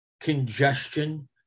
congestion